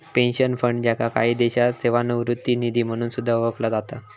pension fund, ज्याका काही देशांत सेवानिवृत्ती निधी म्हणून सुद्धा ओळखला जाता